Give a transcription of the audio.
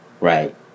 right